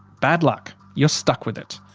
bad luck, you're stuck with it.